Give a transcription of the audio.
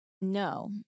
No